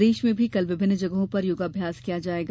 प्रदेश में भी कल विभिन्न जगहों पर योगाभ्यास किया जायेगा